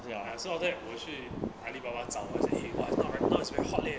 and so after that 我去 alibaba 找我是 !hey! what is not very pop~ now it's very hot leh